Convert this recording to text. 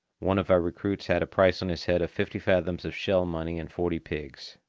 one of our recruits had a price on his head of fifty fathoms of shell-money and forty pigs.